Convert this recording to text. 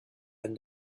and